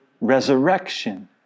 resurrection